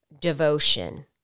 devotion